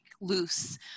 loose